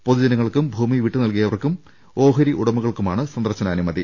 പൊതുജനങ്ങൾക്കും ഭൂമി വിട്ടു നൽകിയവർക്കും ഓഹരി ഉടമകൾക്കുമാണ് സന്ദർശനാനുമതി